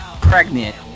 pregnant